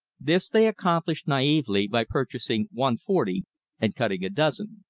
this they accomplished naively by purchasing one forty and cutting a dozen.